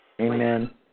Amen